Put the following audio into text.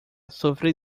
sufrir